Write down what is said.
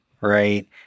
Right